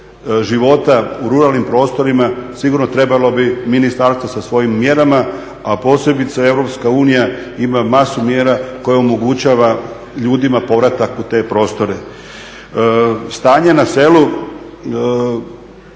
života u ruralnim prostorima sigurno trebalo bi ministarstvo sa svojim mjerama, a posebice EU ima masu mjera koja omogućava ljudima povratak u te prostore. Stanje na selu